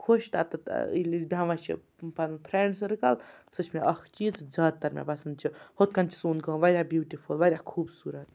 خوش تَتٮ۪تھ ییٚلہِ أسۍ بیٚہوان چھِ پَنُن فرٛٮ۪نٛڈ سٔرکَل سُہ چھِ مےٚ اَکھ چیٖز یُس زیادٕ تَر مےٚ پَسنٛد چھِ ہُتھ کٔنۍ چھِ سون گام واریاہ بیوٗٹِفُل واریاہ خوٗبصوٗرت